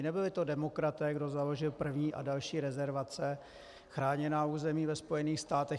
Nebyli to demokraté, kdo založil první a další rezervace, chráněná území ve Spojených státech.